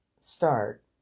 start